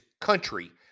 country